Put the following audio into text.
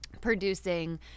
producing